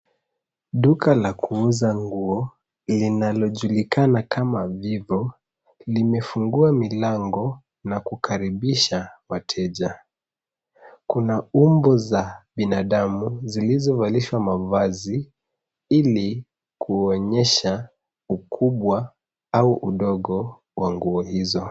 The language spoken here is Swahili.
Duka la kuuza nguo linalojulikana kama vivo limefungua milango na kukaribisha wateja. Kuna umbo za binadamu zilizovalishwa mavazi ili kuonyesha ukubwa au udogo wa nguo hizo.